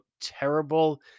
terrible